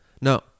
No